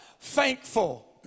thankful